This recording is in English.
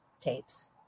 tapes